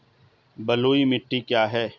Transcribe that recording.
बलुई मिट्टी क्या है?